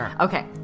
Okay